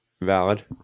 Valid